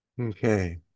okay